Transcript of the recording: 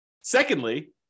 secondly